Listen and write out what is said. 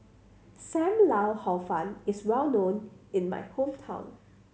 Sam Lau Hor Fun is well known in my hometown